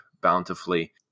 bountifully